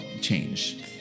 change